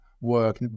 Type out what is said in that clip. work